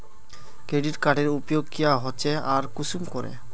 Credit कार्डेर उपयोग क्याँ होचे आर कुंसम करे?